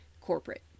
corporate